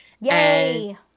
Yay